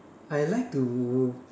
I like to